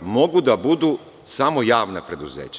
mogu da budu samo javna preduzeća.